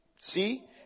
See